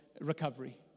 recovery